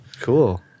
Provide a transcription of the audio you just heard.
cool